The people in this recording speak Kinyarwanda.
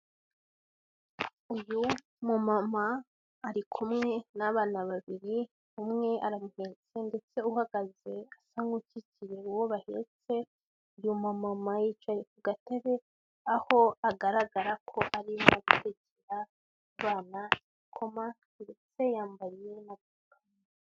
Uyu mumama ari kumwe n'abana babir, umwe aramuhetse ndetse uhagaze asa nk'ukikiye uwo bahetse uyu mama yicaye ku gatebe aho agaragara ko arimo gutekera abana igikoma ndetse yambaye n'agapfukamunwa.